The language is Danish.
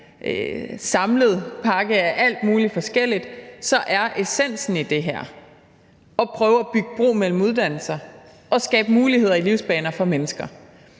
samlet pakke af alt muligt forskelligt, er essensen i det her at prøve at bygge bro mellem uddannelser og skabe muligheder i livsbaner for mennesker,